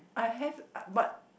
I have uh but